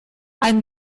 ein